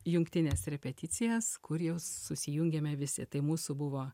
jungtines repeticijas kur jau susijungėme visi tai mūsų buvo